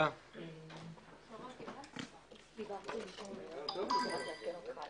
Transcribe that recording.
הישיבה ננעלה בשעה 13:02.